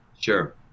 sure